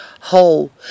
whole